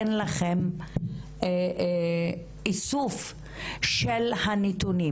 אין לכם איסוף של הנתונים.